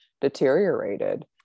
deteriorated